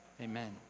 amen